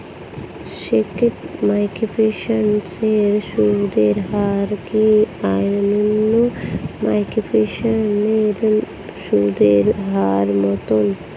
স্কেট microfinance এর সুদের হার কি অন্যান্য মাইক্রোফিন্যান্স এর সুদের হারের মতন?